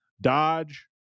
Dodge